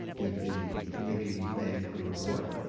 did the committee make a report?